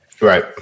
Right